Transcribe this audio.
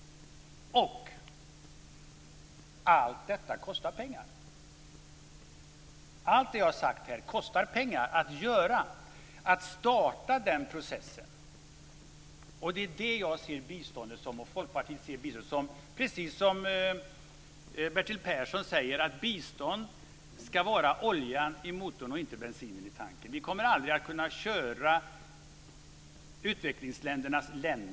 Allt det kostar pengar. Allt det som jag har talat om kostar pengar att göra. Det kostar pengar att starta den processen. Folkpartiet ser det som Bertil Persson uttrycker det, att biståndet ska vara oljan i motorn och inte bensinen i tanken. Vi kommer aldrig att kunna köra utvecklingsländerna.